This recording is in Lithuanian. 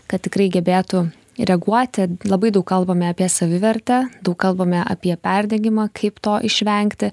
kad tikrai gebėtų reaguoti labai daug kalbame apie savivertę daug kalbame apie perdegimą kaip to išvengti